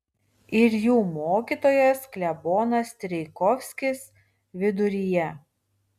ir jų mokytojas klebonas strijkovskis viduryje